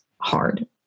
hard